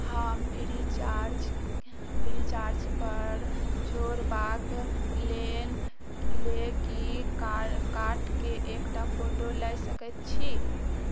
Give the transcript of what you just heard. हम Freecharge Freecharge पर जोड़बाक लेल की कार्डके एकटा फोटो लए सकैत छी